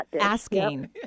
asking